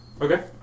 Okay